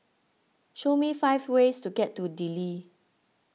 show me five ways to get to Dili